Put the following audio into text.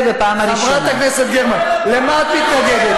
תפעל ותקרא לקיבוץ גלויות?